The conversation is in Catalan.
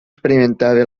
experimentava